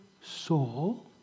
soul